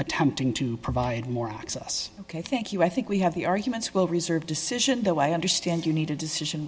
attempting to provide more access ok thank you i think we have the arguments will reserve decision though i understand you need a decision